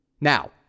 Now